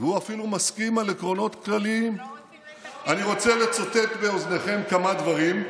אתה מוכן לא לבחור את השופטים שלך?